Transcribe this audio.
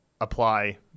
apply